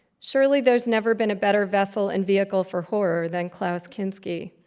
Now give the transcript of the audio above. surely, there's never been a better vessel and vehicle for horror than klaus kinski.